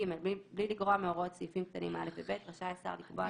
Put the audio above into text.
(ג)בלי לגרוע מהוראות סעיפים קטנים (א) ו-(ב) רשאי השר לקבוע,